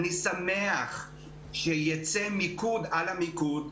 אני שמח שיצא מיקוד על המיקוד.